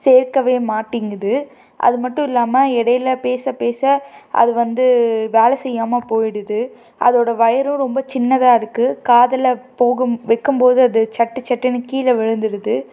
சேர்க்கவே மாட்டிங்குது அது மட்டும் இல்லாமல் இடையில பேச பேச அது வந்து வேலை செய்யாமல் போயிடுது அதோடய ஒயரும் ரொம்ப சின்னதாக இருக்குது காதில் போகும் வைக்கும் போதும் அது சட்டு சட்டுனு கீழே விழுந்துடுது